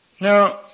Now